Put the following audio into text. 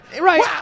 Right